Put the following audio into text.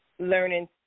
learning